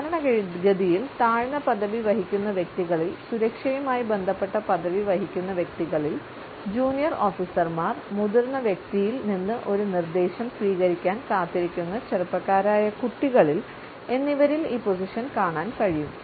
സാധാരണഗതിയിൽ താഴ്ന്ന പദവി വഹിക്കുന്ന വ്യക്തികളിൽ സുരക്ഷയുമായി ബന്ധപ്പെട്ട പദവി വഹിക്കുന്ന വ്യക്തികളിൽ ജൂനിയർ ഓഫീസർമാർ മുതിർന്ന വ്യക്തിയിൽ നിന്ന് ഒരു നിർദ്ദേശം സ്വീകരിക്കാൻ കാത്തിരിക്കുന്ന ചെറുപ്പക്കാരായ കുട്ടികകളിൽ എന്നിവരിൽ ഈ പൊസിഷൻ കാണാൻ കഴിയും